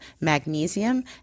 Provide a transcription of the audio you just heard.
magnesium